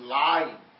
lying